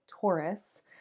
Taurus